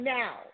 now